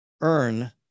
earn